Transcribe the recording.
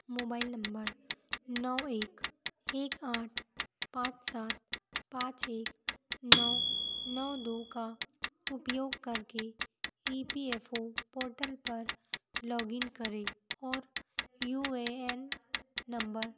mobile number नौ एक एक आठ पाँच सात पाँच एक नौ नौ दो का उपयोग करके E P F O portal पर लॉग इन करें और यू ए एन नम्बर